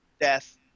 death